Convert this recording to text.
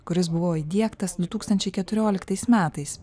kuris buvo įdiegtas du tūkstančai keturioliktais metais